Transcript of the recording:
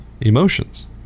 emotions